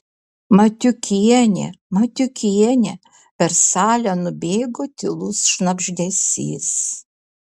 matiukienė matiukienė per salę nubėgo tylus šnabždesys